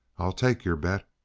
i'll take your bet!